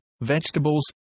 vegetables